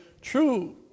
true